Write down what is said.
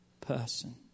person